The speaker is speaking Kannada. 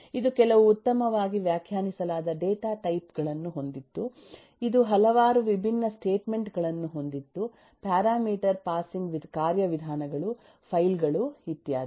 ಇದುಕೆಲವು ಉತ್ತಮವಾಗಿ ವ್ಯಾಖ್ಯಾನಿಸಲಾದ ಡೇಟಾ ಟೈಪ್ ಗಳನ್ನು ಹೊಂದಿತ್ತು ಇದು ಹಲವಾರು ವಿಭಿನ್ನ ಸ್ಟೇಟ್ಮೆಂಟ್ ಗಳನ್ನು ಹೊಂದಿತ್ತು ಪ್ಯಾರಾಮೀಟರ್ ಪಾಸಿಂಗ್ ಕಾರ್ಯವಿಧಾನಗಳು ಫೈಲ್ ಗಳು ಇತ್ಯಾದಿ